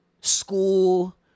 school